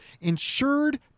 insured